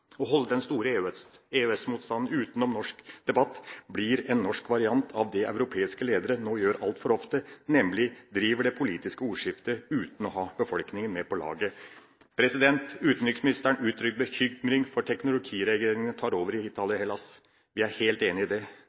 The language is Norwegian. Å holde den store EØS-motstanden utenom norsk debatt blir en norsk variant av det europeiske ledere nå gjør altfor ofte, nemlig driver det politiske ordskiftet uten å ha befolkninga med på laget. Utenriksministeren uttrykte bekymring over at teknokratregjeringer tar over i Italia og Hellas. Vi er helt enig i det.